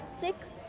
six,